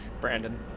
Brandon